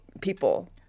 people